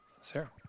Sarah